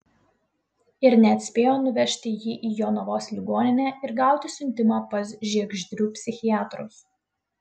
ir net spėjo nuvežti jį į jonavos ligoninę ir gauti siuntimą pas žiegždrių psichiatrus